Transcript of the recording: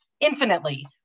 infinitely